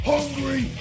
Hungry